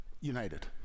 united